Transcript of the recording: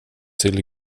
tills